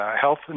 health